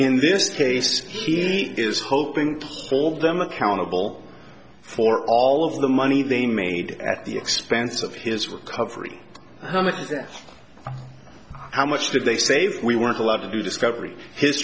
in this case he is hoping for them accountable for all of the money they made at the expense of his recovery how much how much did they save we weren't allowed to do discovery his